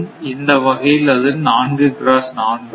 இந்த வகையில் அது 4 x 4 ஆகும்